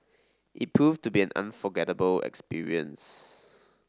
it proved to be an unforgettable experience